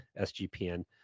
SGPN